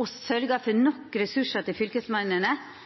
å sørgja for nok ressursar til